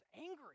angry